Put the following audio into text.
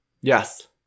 Yes